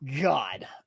God